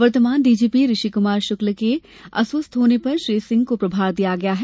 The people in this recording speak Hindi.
वर्तमान डीजीपी ऋषि कुमार शुक्ला के अस्वस्थ होने पर श्री सिंह को प्रभार दिया गया है